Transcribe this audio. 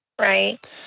Right